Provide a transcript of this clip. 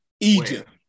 Egypt